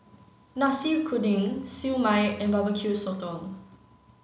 Nasi Kuning Siew Mai and Barbecue Sotong